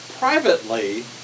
Privately